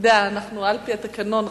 על-פי התקנון,